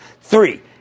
Three